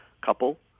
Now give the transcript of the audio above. couple